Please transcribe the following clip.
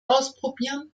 ausprobieren